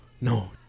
no